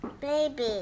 Baby